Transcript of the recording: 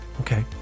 Okay